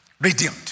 Redeemed